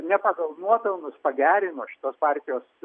ne pagal nuopelnus pagerino šitos partijos